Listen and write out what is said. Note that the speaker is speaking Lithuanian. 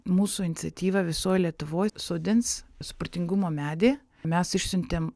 mūsų iniciatyva visoj lietuvoj sodins supratingumo medį mes išsiuntėm